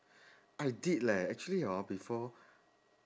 I did leh actually hor before